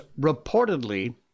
reportedly